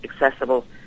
accessible